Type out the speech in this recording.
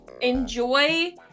Enjoy